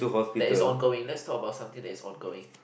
that is ongoing let's talk about something that is ongoing